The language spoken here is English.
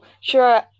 sure